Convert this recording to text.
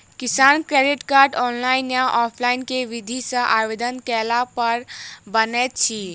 किसान credit card, online या offline केँ विधि सँ आवेदन कैला पर बनैत अछि?